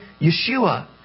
Yeshua